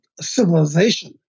civilization